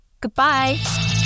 Goodbye